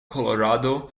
colorado